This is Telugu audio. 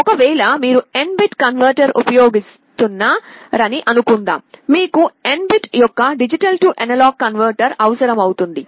ఒకవేళ మీరు n బిట్ కన్వర్టర్ ఉపయోగిస్తున్నారని అనుకుందాం మీకు n బిట్స్ యొక్క D A కన్వర్టర్ అవసరం అవుతుంది